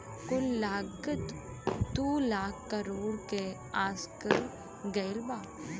कुल लागत दू लाख करोड़ के आकल गएल बा